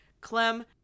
Clem